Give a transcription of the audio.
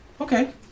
Okay